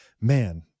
man